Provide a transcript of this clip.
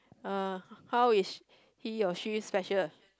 uh how is he or she special